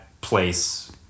place